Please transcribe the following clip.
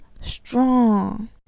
strong